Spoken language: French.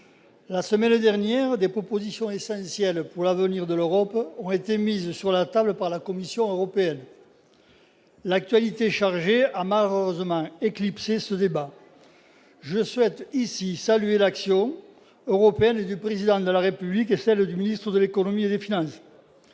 La semaine dernière, des propositions essentielles pour l'avenir de l'Europe ont été mises sur la table par la Commission européenne. L'actualité, chargée, a malheureusement éclipsé ce débat. Je souhaite ici saluer l'action européenne du Président de la République et celle du ministre de l'économie et des finances.